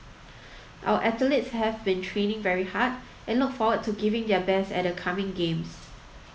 our athletes have been training very hard and look forward to giving their best at the coming games